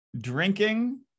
drinking